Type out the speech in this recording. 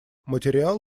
материал